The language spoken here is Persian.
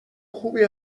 خوبی